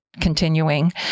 continuing